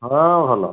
ହଁ ଭଲ